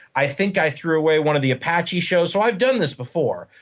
i think i threw away one of the apache shows. so i've done this before.